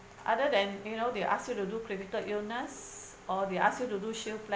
other than you know they ask me to do critical illness or they ask you to do shield pla~